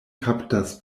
kaptas